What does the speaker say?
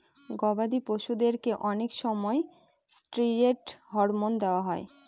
গবাদি পশুদেরকে অনেক সময় ষ্টিরয়েড হরমোন দেওয়া হয়